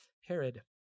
Herod